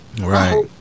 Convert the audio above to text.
Right